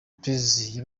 prezzo